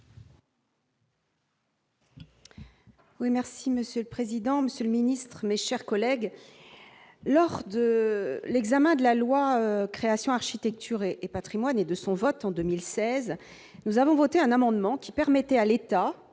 merci Monsieur le président, Monsieur le Ministre, mes chers collègues, lors de l'examen de la loi Création Architecture et Patrimoine, et de son vote en 2016 nous avons voté un amendement qui permettait à l'État